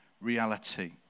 reality